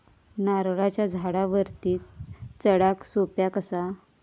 नारळाच्या झाडावरती चडाक सोप्या कसा?